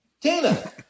Tina